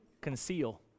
conceal